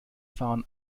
fahren